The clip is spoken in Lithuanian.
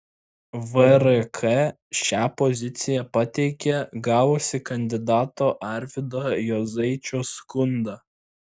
vrk šią poziciją pateikė gavusi kandidato arvydo juozaičio skundą